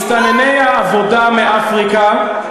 מסתנני העבודה מאפריקה,